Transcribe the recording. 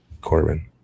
corbin